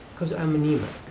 because i'm anemic.